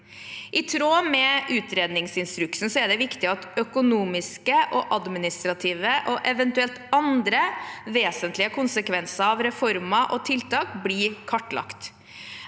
I tråd med utredningsinstruksen er det viktig at økonomiske og administrative og eventuelle andre vesentlige konsekvenser av reformer og tiltak blir kartlagt.